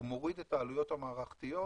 הוא מוריד את העלויות המערכתיות